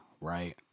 right